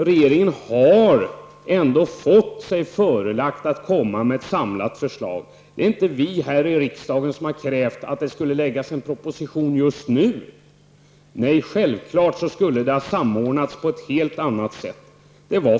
Regeringen har faktiskt fått sig förelagt att komma med ett samlat förslag. Det är inte vi här i riksdagen som har krävt att en proposition skulle läggas fram just nu. Nej, självfallet skulle det ha samordnats på ett helt annat sätt.